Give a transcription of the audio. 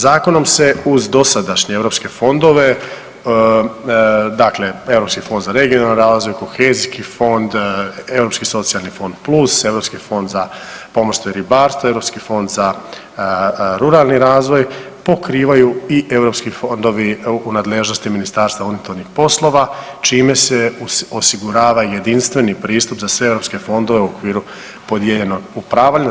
Zakonom se uz dosadašnje europske fondove dakle Europski fond za regionalni razvoj, Kohezijski fond, Europski socijalni fond plus, Europski fond za pomorstvo i ribarstvo, Europski fond za ruralni razvoj pokrivaju i europski fondovi u nadležnosti Ministarstva unutarnjih poslova čime se osigurava jedinstveni pristup za sve europske fondove u okviru … [[ne razumije se]] upravljanja.